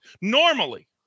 Normally